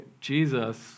Jesus